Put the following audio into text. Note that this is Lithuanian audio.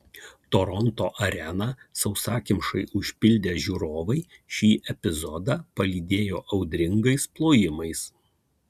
toronto areną sausakimšai užpildę žiūrovai šį epizodą palydėjo audringais plojimais